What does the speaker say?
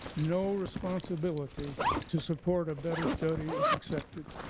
no responsibility to support a better study is accepted.